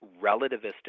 relativistic